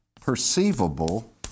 perceivable